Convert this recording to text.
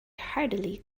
heartily